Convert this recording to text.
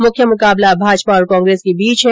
मुख्य मुकाबला भाजपा और कांग्रेस के बीच है